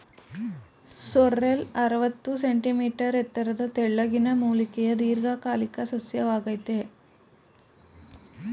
sorrel ಅರವತ್ತು centimetre ಎತ್ತರದ ತೆಳ್ಳಗಿನ ಮೂಲಿಕೆಯ ದೀರ್ಘಕಾಲಿಕ ಸಸ್ಯವಾಗಯ್ತೆ